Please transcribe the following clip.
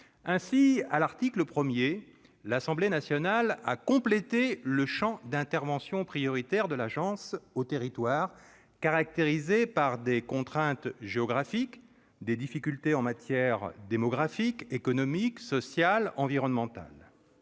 Ainsi, à l'article 1, l'Assemblée nationale a étendu le champ d'intervention prioritaire de l'agence aux territoires caractérisés par des contraintes géographiques ou des difficultés en matière démographique, économique, sociale ou environnementale.